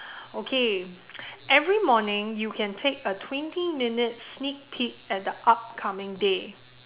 okay every morning you can take a twenty minutes sneak peak at the upcoming day